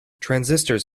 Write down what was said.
transistors